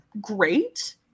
great